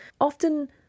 Often